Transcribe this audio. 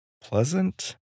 Pleasant